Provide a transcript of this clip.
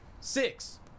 six